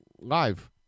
live